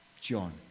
John